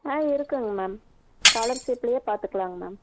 ஆ இருக்குதுங்க மேம் ஸ்காலர்சீப்லே பார்த்துக்கலாங்க மேம்